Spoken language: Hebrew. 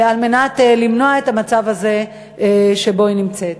על מנת למנוע את המצב הזה שבו היא נמצאת.